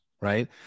Right